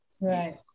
Right